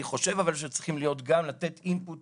אני חושב אבל שצריכים גם לתת יותר אינפוט